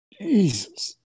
Jesus